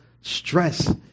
stress